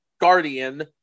guardian